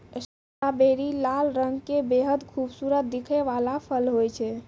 strawberry लाल रंग के बेहद खूबसूरत दिखै वाला फल होय छै